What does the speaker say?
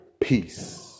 peace